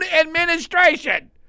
administration